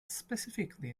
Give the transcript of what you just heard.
specifically